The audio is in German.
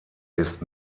ist